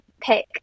pick